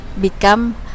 become